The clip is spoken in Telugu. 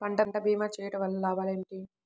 పంట భీమా చేయుటవల్ల లాభాలు ఏమిటి?